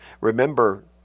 Remember